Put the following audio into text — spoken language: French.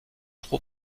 trop